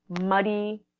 muddy